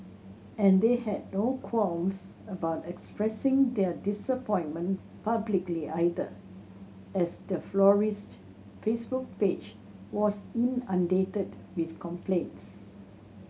and they had no qualms about expressing their disappointment publicly either as the florist's Facebook page was inundated with complaints